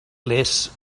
less